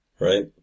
right